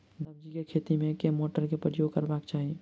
सब्जी केँ खेती मे केँ मोटर केँ प्रयोग करबाक चाहि?